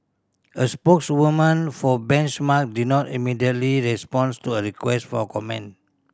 a spokeswoman for Benchmark did not immediately responds to a request for comment